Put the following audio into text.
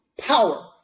power